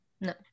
no